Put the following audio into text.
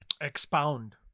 Expound